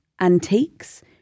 antiques